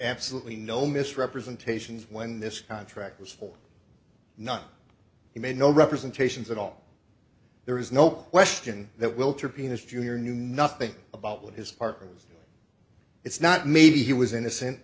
absolutely no misrepresentations when this contract was for not he made no representations at all there is no question that will to penis jr knew nothing about what his partner's it's not maybe he was innocent